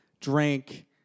drank